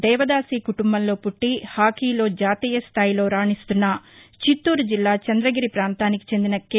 దేవదాసి కుటుంబంలో పుట్లి హాకీలో జాతీయ స్థాయిలో రాణిస్తున్న చిత్తూరు జిల్లా చంద్రగిరి పాంతానికి చెందిన కె